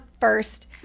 first